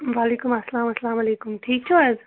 وعلیکُم السلام السلام علیکُم ٹھیٖک چھِو حظ